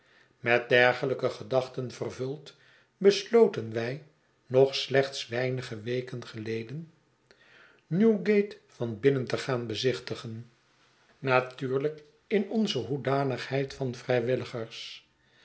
met dergelijke gedachten vervuld besloten wij nog slechts weinige weken geleden newgate van binnen te gaan bezichtigen natuurlijk in onze hoedanigheid van vrijwilligers